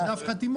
יש דף חתימות.